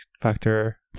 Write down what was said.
Factor